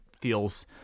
feels